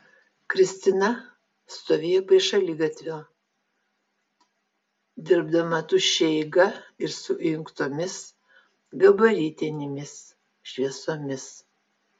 kristina stovėjo prie šaligatvio dirbdama tuščia eiga ir su įjungtomis gabaritinėmis šviesomis